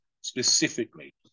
specifically